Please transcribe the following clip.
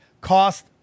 cost